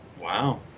Wow